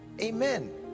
Amen